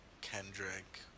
Kendrick